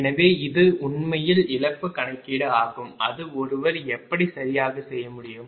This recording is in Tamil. எனவே இது உண்மையில் இழப்பு கணக்கீடு ஆகும் அதை ஒருவர் எப்படி சரியாக செய்ய முடியும்